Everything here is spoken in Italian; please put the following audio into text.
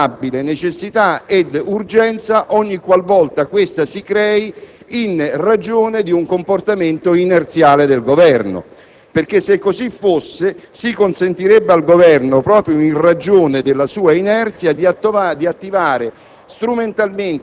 non è ravvisabile necessità e urgenza ogni qual volta questa si crei in ragione di un comportamento inerziale del Governo; se così fosse, infatti, si consentirebbe al Governo, proprio in ragione della sua inerzia, di attivare